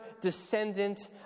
descendant